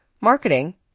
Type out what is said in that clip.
marketing